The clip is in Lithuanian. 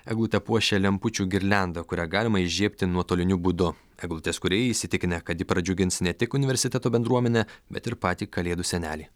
eglutę puošia lempučių girliandą kurią galima įžiebti nuotoliniu būdu eglutės kūrėjai įsitikinę kad ji pradžiugins ne tik universiteto bendruomenę bet ir patį kalėdų senelį